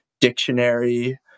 Dictionary